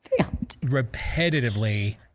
repetitively